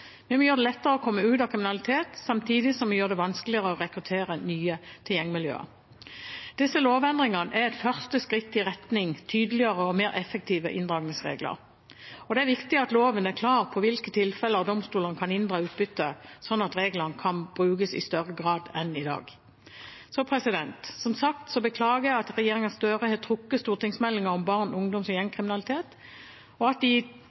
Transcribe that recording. Vi må gjøre det lettere å komme ut av kriminalitet, samtidig som vi gjør det vanskeligere å rekruttere nye til gjengmiljøer. Disse lovendringene er første skritt i retning av tydeligere og mer effektive inndragningsregler. Det er viktig at loven er klar på hvilke tilfeller domstolene kan inndra utbytte i, sånn at reglene kan brukes i større grad enn i dag. Som sagt beklager jeg at regjeringen Støre har trukket stortingsmeldingen om barne-, ungdoms- og gjengkriminalitet, og at de